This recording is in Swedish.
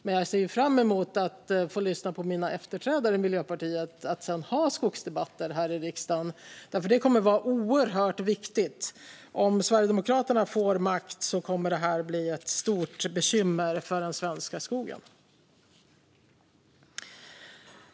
Men jag ser fram emot att få lyssna på mina efterträdare i Miljöpartiet när de har skogsdebatter här i riksdagen, för det kommer att vara oerhört viktigt. Om Sverigedemokraterna får makt kommer det att bli ett stort bekymmer för den svenska skogen.